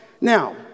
Now